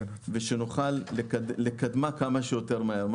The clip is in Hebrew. ונוכל לקדמה כמה שיותר מהר.